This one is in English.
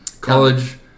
college